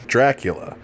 Dracula